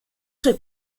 suoi